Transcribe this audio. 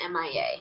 MIA